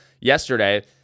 yesterday